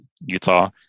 Utah